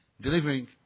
delivering